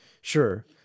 Sure